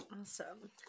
Awesome